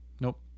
Nope